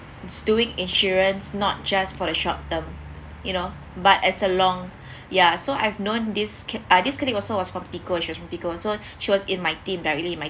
doing insurance not just for the short term you know but as a long yeah so I've known this co~ uh this colleague also was from the so she was in my team directly my